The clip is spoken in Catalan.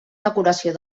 decoració